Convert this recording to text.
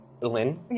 Lynn